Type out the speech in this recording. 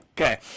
Okay